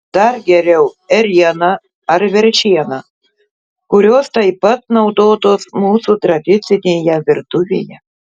dar geriau ėriena ar veršiena kurios taip pat naudotos mūsų tradicinėje virtuvėje